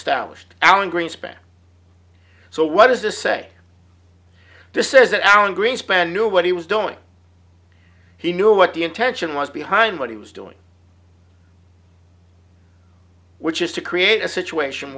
established alan greenspan so what does this say this is that alan greenspan knew what he was doing he knew what the intention was behind what he was doing which is to create a situation